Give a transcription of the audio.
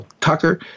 Tucker